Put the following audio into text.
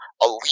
elite